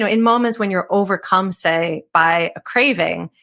ah in moments when you're overcome, say, by a craving,